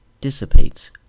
dissipates